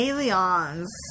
Aliens